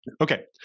Okay